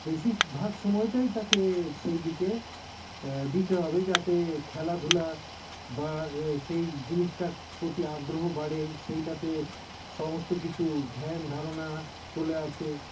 বেশীরভাগ সময়টাই তাকে সেই দিকে দিতে হবে যাতে খেলাধুলা বা সেই জিনিসটা প্রতি আগ্রহ বাড়ে সেইটাতে সমস্ত কিছু ধ্যান ধারণা চলে আসে